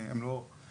הם לא פה,